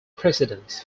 precedence